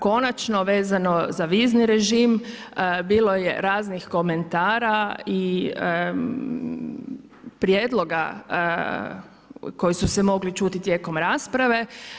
Konačno vezano za vizni režim bilo je raznih komentara i prijedloga koji su se mogli čuti tijekom rasprave.